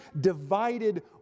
divided